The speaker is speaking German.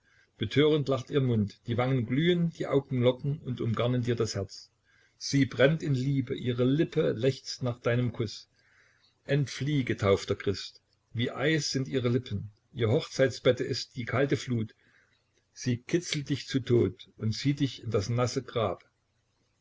betörend lacht ihr mund die wangen glühen die augen locken und umgarnen dir das herz sie brennt in liebe ihre lippe lechzt nach deinem kuß entflieh getaufter christ wie eis sind ihre lippen ihr hochzeitsbette ist die kalte flut sie kitzelt dich zu tod und zieht dich in das nasse grab